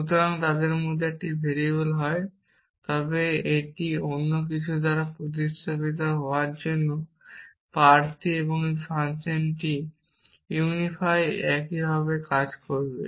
সুতরাং যদি তাদের মধ্যে একটি ভেরিয়েবল হয় তবে এটি অন্য কিছু দ্বারা প্রতিস্থাপিত হওয়ার জন্য প্রার্থী এবং এই ফাংশনটি ইউনিফাই একইভাবে কাজ করবে